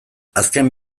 azken